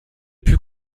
put